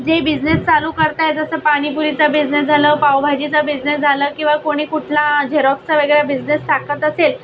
जे बिझनेस चालू करतात जसं पाणीपुरीचा बिझनेस झालं पावभाजीचा बिझनेस झालं किंवा कोणी कुठला झेरॉक्सचा वगैरे बिझनेस टाकत असेल